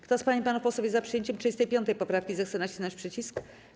Kto z pan i panów posłów jest za przyjęciem 35. poprawki, zechce nacisnąć przycisk.